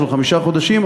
של חמישה חודשים,